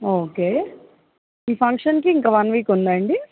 okay ఈ ఫంక్షన్కి ఇంకా వన్ వీక్ ఉందా అండి